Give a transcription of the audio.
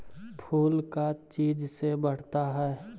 फूल का चीज से बढ़ता है?